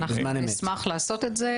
נשמח לעשות את זה.